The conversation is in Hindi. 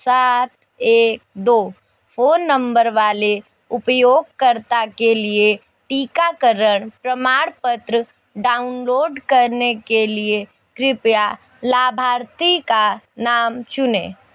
सात एक दो फ़ोन नंबर वाले उपयोगकर्ता के लिए टीकाकरण प्रमाणपत्र डाउनलोड करने के लिए कृपया लाभार्थी का नाम चुनें